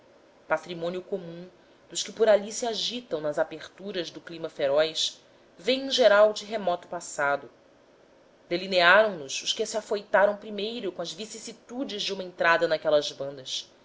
patrimônio comum dos que por ali se agitam nas aperturas do clima feroz vêm em geral de remoto passado delinearam nos os que se afoitaram primeiro com as vicissitudes de uma entrada naquelas bandas